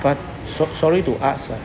but so~ sorry to ask ah